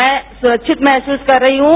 मैं सुरक्षित महसूस कर रही हूं